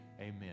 amen